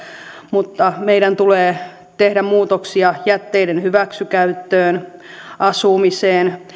mutta meidän tulee tehdä muutoksia jätteiden hyväksikäyttöön asumiseen